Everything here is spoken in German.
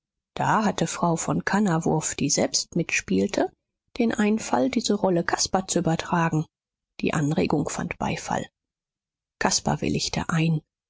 da hatte frau von kannawurf die selbst mitspielte den einfall diese rolle caspar zu übertragen die anregung fand beifall caspar willigte ein